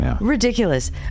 Ridiculous